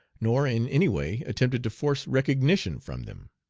nor in any way attempted to force recognition from them.